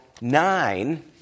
nine